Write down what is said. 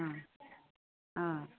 অঁ অঁ